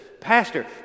Pastor